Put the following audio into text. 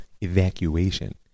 evacuation